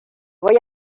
voy